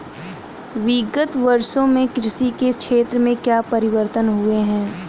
विगत वर्षों में कृषि के क्षेत्र में क्या परिवर्तन हुए हैं?